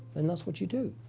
then that's what you do.